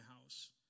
house